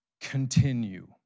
continue